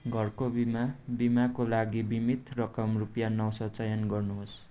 घरको बिमा बिमाको लागि बिमित रकम रुपियाँ नौ सौ चयन गर्नुहोस्